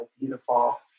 beautiful